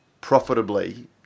profitably